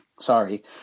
sorry